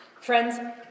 Friends